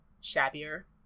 shabbier